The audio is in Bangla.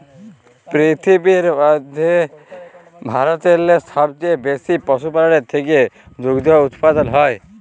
পিরথিবীর ম্যধে ভারতেল্লে সবচাঁয়ে বেশি পশুপাললের থ্যাকে দুহুদ উৎপাদল হ্যয়